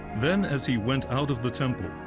then, as he went out of the temple,